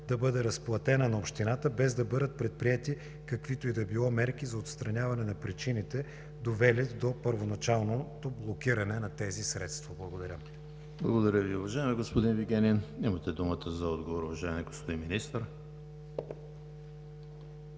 да бъде разплатена на Общината, без да бъдат предприети каквито и да били мерки за отстраняване на причините, довели до първоначалното блокиране на тези средства? Благодаря. ПРЕДСЕДАТЕЛ ЕМИЛ ХРИСТОВ: Благодаря Ви, уважаеми господин Вигенин. Имате думата за отговор, уважаеми господин Министър.